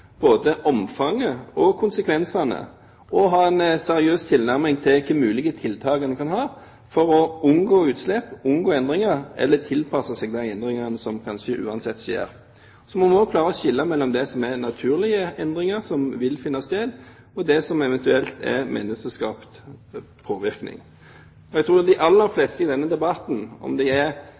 både omfanget og konsekvensene, og ha en seriøs tilnærming til mulige tiltak en kan ha for å unngå utslipp, unngå endringer, eller tilpasse seg de endringene som kanskje uansett skjer. Så må vi også klare å skille mellom det som er naturlige endringer, som vil finne sted, og det som eventuelt er menneskeskapt påvirkning. Jeg tror de aller fleste i denne debatten, om de er